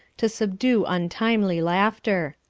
to subdue untimely laughter.